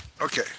Okay